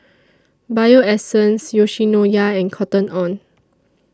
Bio Essence Yoshinoya and Cotton on